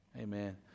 Amen